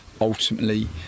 ultimately